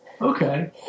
okay